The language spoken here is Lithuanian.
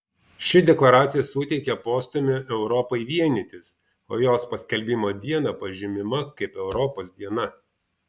ši deklaracija suteikė postūmį europai vienytis o jos paskelbimo diena pažymima kaip europos diena